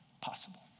possible